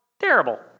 terrible